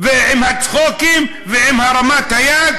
ועם הצחוקים ועם הרמת היד,